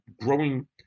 growing